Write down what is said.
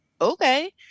okay